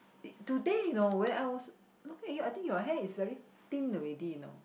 today you know when I was looking at you I think your hair is very thin already you know